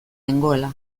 nengoela